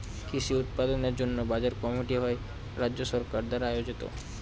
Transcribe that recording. কৃষি উৎপাদনের জন্য বাজার কমিটি হয় রাজ্য সরকার দ্বারা আয়োজিত